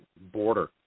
border